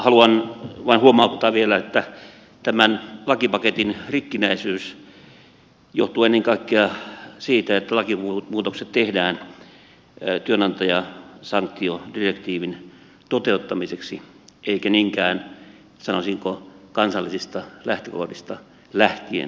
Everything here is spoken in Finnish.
haluan vain huomauttaa vielä että tämän lakipaketin rikkinäisyys johtuu ennen kaikkea siitä että lakimuutokset tehdään työnantajasanktiodirektiivin toteuttamiseksi eikä niinkään sanoisinko kansallisista lähtökohdista lähtien